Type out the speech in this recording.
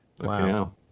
wow